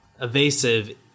evasive